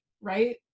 Right